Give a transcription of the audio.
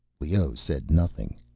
leoh said nothing.